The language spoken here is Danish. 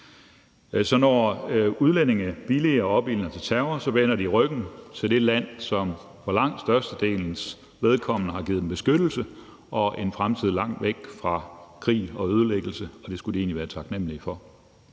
Så når udlændinge billiger og opildner til terror, vender de ryggen til det land, som for langt størstedelens vedkommende har givet dem beskyttelse og en fremtid langt væk fra krig og ødelæggelse, hvilket de egentlig skulle være taknemmelige for.